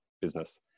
business